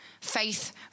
faith